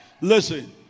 Listen